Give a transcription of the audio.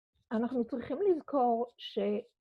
אנחנו צריכים לזכור ש...